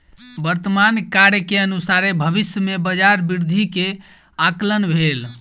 वर्तमान कार्य के अनुसारे भविष्य में बजार वृद्धि के आंकलन भेल